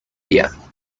día